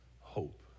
hope